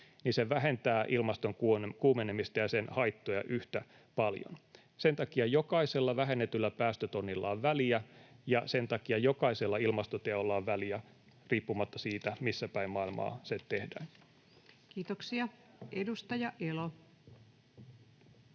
tahansa, vähentää ilmaston kuumenemista ja sen haittoja yhtä paljon. Sen takia jokaisella vähennetyllä päästötonnilla on väliä, ja sen takia jokaisella ilmastoteolla on väliä riippumatta siitä, missä päin maailmaa se tehdään. [Speech 184]